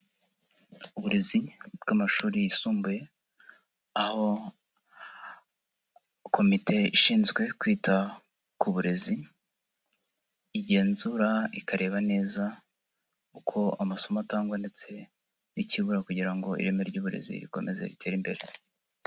Uburezi bw'amashuri yisumbuye aho komite ishinzwe kwita ku burezi igenzura ikareba neza uko amasomo atangwa ndetse n'ikibura kugira ngo ireme ry'uburezi rikomeze ritere imbere.